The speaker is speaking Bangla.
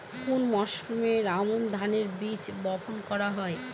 কোন মরশুমে আমন ধানের বীজ বপন করা হয়?